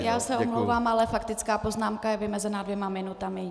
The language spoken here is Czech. Já se omlouvám, ale faktická poznámka je vymezena dvěma minutami.